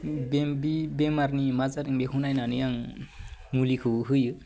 बे बेमारनि मा जादों बेखौ नायनानै आं मुलिखौ होयो